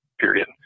period